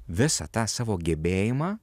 visą tą savo gebėjimą